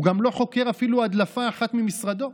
הוא גם לא חוקר הדלפה אחת ממשרדו,